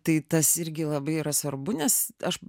tai tas irgi labai yra svarbu nes aš